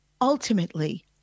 ultimately